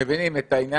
מבינים את העניין.